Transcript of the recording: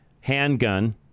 handgun